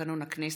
לתקנון הכנסת: